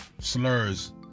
slurs